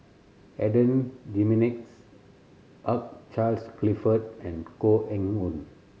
Adan Jimenez Hugh Charles Clifford and Koh Eng Hoon